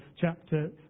chapter